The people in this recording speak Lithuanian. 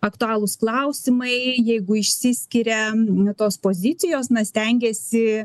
aktualūs klausimai jeigu išsiskiria tos pozicijos na stengiasi